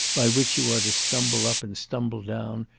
by which you are to stumble up and stumble down,